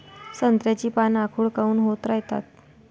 संत्र्याची पान आखूड काऊन होत रायतात?